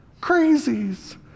Crazies